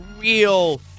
real